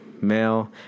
male